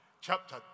chapter